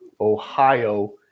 Ohio